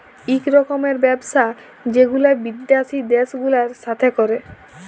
ইক রকমের ব্যবসা যেগুলা বিদ্যাসি দ্যাশ গুলার সাথে ক্যরে